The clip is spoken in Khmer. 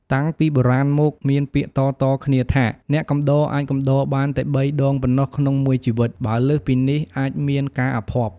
តាំងពីបុរាណមកមានពាក្យតៗគ្នាថា អ្នកកំដរអាចកំដរបានតែបីដងប៉ុណ្ណោះក្នុងមួយជីវិត បើលើសពីនេះអាចមានការអភ័ព្វ។